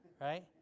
Right